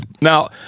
Now